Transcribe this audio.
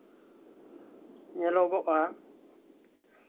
ᱧᱮᱞᱚᱜᱚᱜᱼᱟ